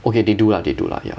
okay they do lah they do lah ya